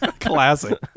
Classic